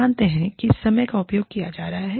तो आप जानते हैं समय का उपयोग किया जा रहा है